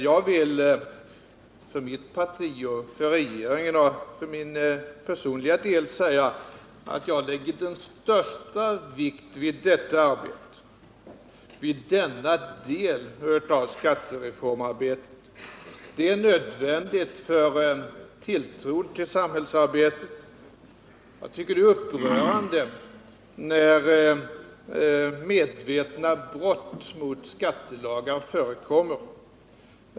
Jag vill för mitt parti och för regeringen och för min personliga del säga att jag lägger den största vikt vid denna del av skattereformarbetet. Det är nödvändigt för tilltron till samhällsarbetet. Jag tycker det är upprörande när medvetna brott mot skattelagarna förekommer.